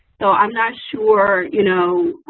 so i'm not sure, you know,